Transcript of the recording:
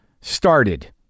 started